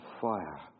Fire